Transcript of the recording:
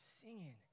singing